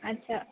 अच्छा